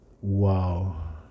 Wow